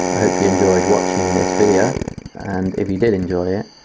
i hope you enjoyed watching this video and if you did enjoy it,